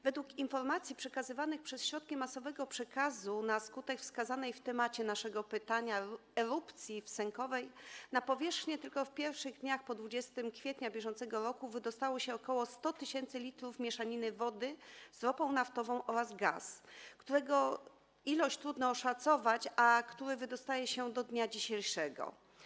Według informacji przekazywanych przez środki masowego przekazu na skutek wskazanej w temacie naszego pytania erupcji w Sękowej na powierzchnię tylko w pierwszych dniach po 20 kwietnia br. wydostało się ok. 100 tys. l mieszaniny wody z ropą naftową oraz gaz, którego ilość trudno oszacować, a który wydostaje się do dnia dzisiejszego.